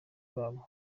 babo